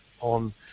on